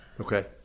Okay